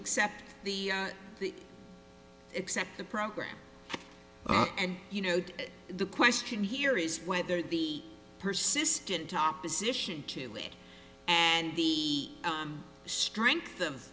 accept the the except the program and you know the question here is whether the persistent opposition to it and the strength of